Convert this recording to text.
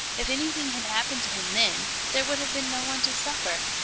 if anything had happened to him then, there would have been no one to suffer.